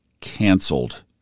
canceled